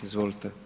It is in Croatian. Izvolite.